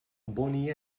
bonnie